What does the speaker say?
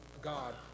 God